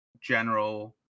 general